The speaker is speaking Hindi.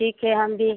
ठीक है हम भी